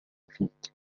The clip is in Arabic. فيك